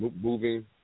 moving